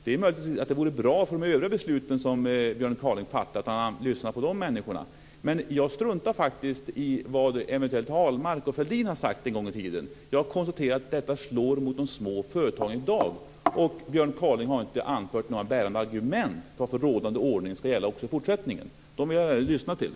Det är möjligt att det vore bra när det gäller övriga beslut som Björn Kaaling är med och fattar att lyssna på de personerna. Jag struntar faktiskt i vad Fälldin och Ahlmark eventuellt en gång i tiden har sagt och konstaterar bara att detta slår mot de små företagen i dag. Björn Kaaling har inte anfört några bärande argument om varför rådande ordning ska gälla också i fortsättningen. Sådana lyssnar jag gärna till.